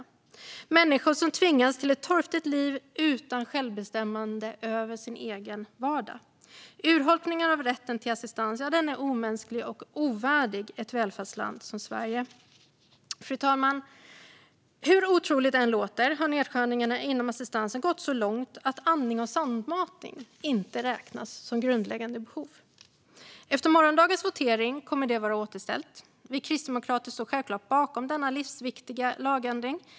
Det är människor som tvingas till ett torftigt liv utan självbestämmande över sin egen vardag. Urholkningen av rätten till assistans är omänsklig och ovärdig ett välfärdsland som Sverige. Fru talman! Hur otroligt det än låter har nedskärningarna inom assistansen gått så långt att andning och sondmatning inte räknas som grundläggande behov. Men efter morgondagens votering kommer det att vara återställt. Vi kristdemokrater står självklart bakom denna livsviktiga lagändring.